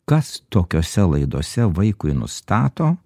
kas tokiose laidose vaikui nustato